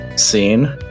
Scene